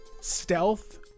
stealth